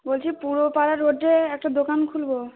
বলছি পুরো পাড়া রোডে একটা দোকান খুলবো